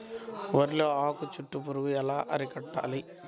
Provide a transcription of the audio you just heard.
వరిలో ఆకు చుట్టూ పురుగు ఎలా అరికట్టాలి?